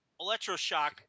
Electroshock